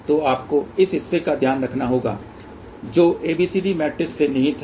तो आपको उस हिस्से का ध्यान रखना होगा जो ABCD मैट्रिक्स से निहित है